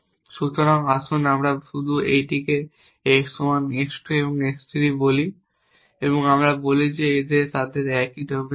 সুতরাং আসুন আমরা শুধু এইটিকে x 1 x 2 এবং x 3 বলি এবং আমরা বলি যে তাদের একই ডোমেন রয়েছে